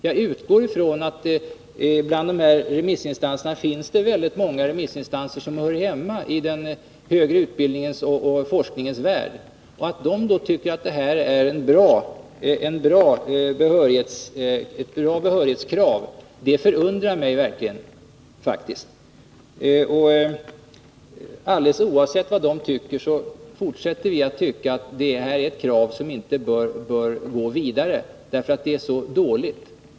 Jag utgår från att det bland remissinstanserna finns många som hör hemma i den högre utbildningens och forskningens värld, och att de tycker att det är ett bra behörighetskrav förundrar mig faktiskt. Alldeles oavsett vad dessa remissinstanser tycker, så fortsätter vi att anse att det här är ett krav som inte bör gå vidare därför att det är så dåligt.